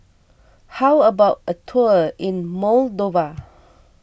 how about a tour in Moldova